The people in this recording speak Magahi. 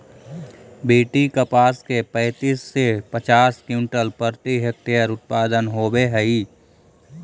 बी.टी कपास के पैंतीस से पचास क्विंटल प्रति हेक्टेयर उत्पादन होवे हई